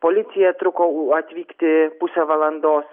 policija truko u atvykti pusę valandos